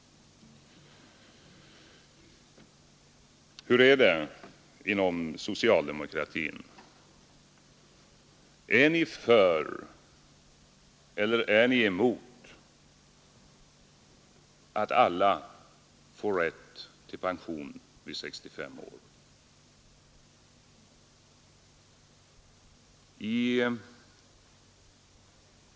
Hur är det inom socialdemokratin? Är ni för eller är ni mot att alla får rätt till pension vid 65 år?